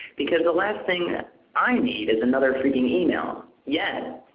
because the last thing i need is another freaking email. yet,